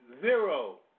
zero